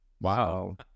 Wow